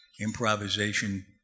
improvisation